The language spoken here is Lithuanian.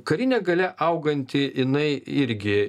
karinė galia auganti jinai irgi